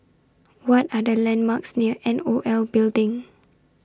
What Are The landmarks near N O L Building